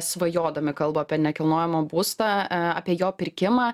svajodami kalba apie nekilnojamą būstą apie jo pirkimą